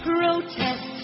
Protest